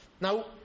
Now